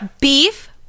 beef